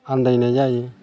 आनदायनाय जायो